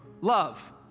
love